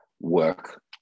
work